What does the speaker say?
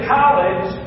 college